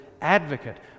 advocate